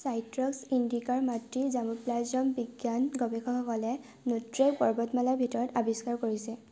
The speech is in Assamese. চাইট্ৰাছ ইণ্ডিকাৰ মাতৃ জাৰ্মপ্লাজম বিজ্ঞান গৱেষকসকলে নোক্ৰেক পৰ্বতমালাৰ ভিতৰত আৱিষ্কাৰ কৰিছে